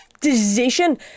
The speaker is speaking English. decision